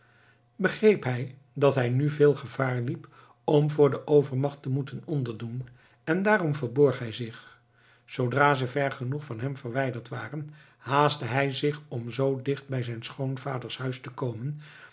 begreep hij dat hij nu veel gevaar liep om voor de overmacht te moeten onderdoen en daarom verborg hij zich zoodra ze ver genoeg van hem verwijderd waren haastte hij zich om zoo dicht bij zijn schoonvaders huis te komen